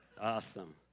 Awesome